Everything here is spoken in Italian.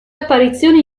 apparizioni